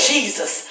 Jesus